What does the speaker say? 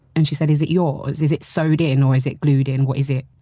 and she said, is it yours? is it sewed in? or is it glued in, what is it?